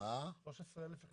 כבר 13,000 אושרו.